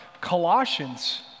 Colossians